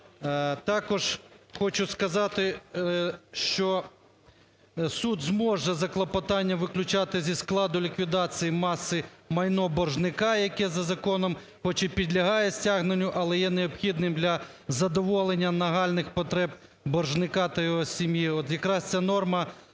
Також хочу сказати, що суд зможе за клопотанням виключати зі складу ліквідації маси майно боржника, яке за законом хоч і підлягає стягненню, але є необхідним для задоволення нагальних потреб боржника та його сім'ї.